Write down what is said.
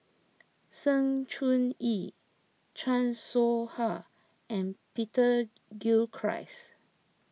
Sng Choon Yee Chan Soh Ha and Peter Gilchrist